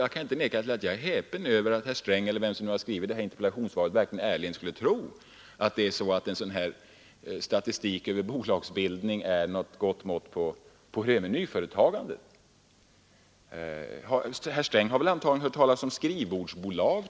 Jag kan inte neka till att jag är häpen över att herr Sträng — eller vem det nu är som har skrivit detta interpellationssvar — ärligen skulle tro att statistiken över bolagsbildningar är något bra mått på nyföretagandet. Herr Sträng har antagligen hört talas om ”skrivbordsbolag”.